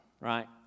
right